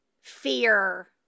fear